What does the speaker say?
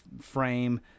frame